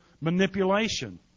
manipulation